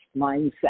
mindset